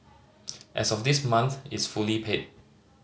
as of this month it's fully paid